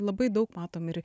labai daug matom ir